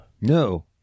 No